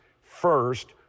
first